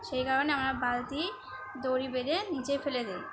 সেই কারণে আমরা বালতি দড়ি বেঁধে নিচে ফেলে দিই